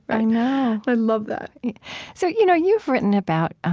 i know i love that so you know you've written about ah